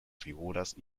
figuras